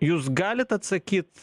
jūs galit atsakyt